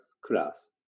class